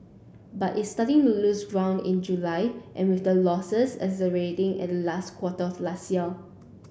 but it started losing ground in July and with the losses accelerating in last quarter last year